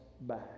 back